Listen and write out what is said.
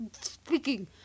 speaking